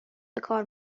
بکار